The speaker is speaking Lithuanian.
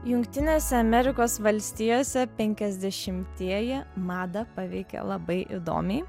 jungtinėse amerikos valstijose penkiasdešimtieji madą paveikė labai įdomiai